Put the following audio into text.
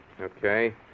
Okay